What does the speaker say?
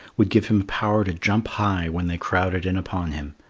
would give him power to jump high when they crowded in upon him.